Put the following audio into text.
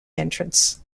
entrance